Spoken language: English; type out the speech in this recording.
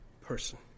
person